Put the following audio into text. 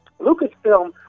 Lucasfilm